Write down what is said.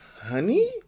honey